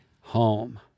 home